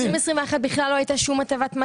אבל ב-2021 בכלל לא הייתה שום הטבת מס